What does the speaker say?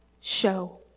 show